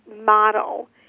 model